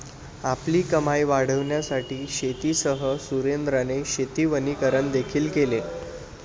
आपली कमाई वाढविण्यासाठी शेतीसह सुरेंद्राने शेती वनीकरण देखील केले